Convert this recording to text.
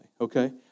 Okay